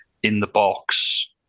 in-the-box